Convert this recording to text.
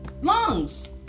Lungs